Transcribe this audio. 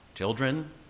Children